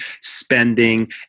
spending